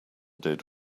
did